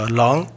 long